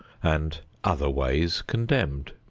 and other ways condemned.